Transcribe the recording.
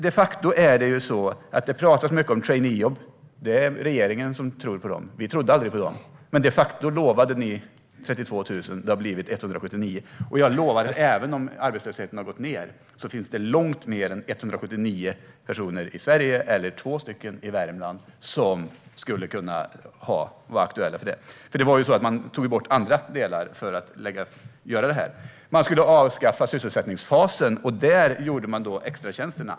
De facto pratades det mycket om traineejobb. Det är regeringen som tror på dem. Vi trodde aldrig på dem. De facto lovade ni 32 000 traineejobb. Det har blivit 179. Och jag lovar: Även om arbetslösheten har gått ned finns det långt mer än 179 personer i Sverige och två i Värmland som skulle kunna vara aktuella. Det var ju så att man tog bort andra delar för att göra det här. Man skulle avskaffa sysselsättningsfasen, och där gjorde man extratjänsterna.